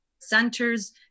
centers